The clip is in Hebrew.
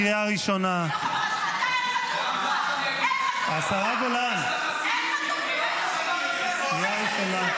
קריאה ראשונה --- יש לה חסינות מקריאות ------ הביתה,